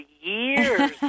years